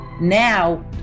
now